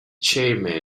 chairman